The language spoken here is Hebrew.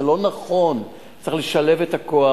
זה לא נכון, צריך לשלב את הכוח,